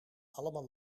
allemaal